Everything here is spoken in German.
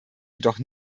jedoch